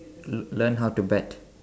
learn how to bet